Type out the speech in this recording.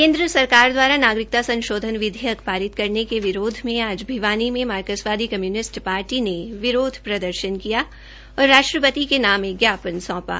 केन्द्र सरकार द्वारा नागरिकता विधेयक पारित करने के विरोध में आज भिवानी में मार्क्सवादी कम्यूनिस्ट पार्टी ने विरोध प्रदर्शन किया और राष्ट्रपति के नाम एक ज्ञापन सौंपा